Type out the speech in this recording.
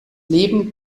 leben